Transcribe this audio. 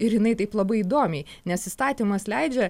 ir jinai taip labai įdomiai nes įstatymas leidžia